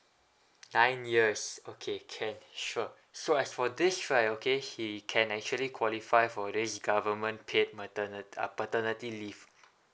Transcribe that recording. nine years okay can sure so as for this right okay he can actually qualify for this government paid maternity uh paternity leave